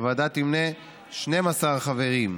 הוועדה תמנה 12 חברים.